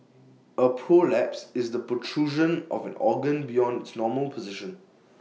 A prolapse is the protrusion of an organ beyond its normal position